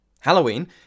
Halloween